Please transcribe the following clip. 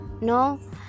No